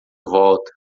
volta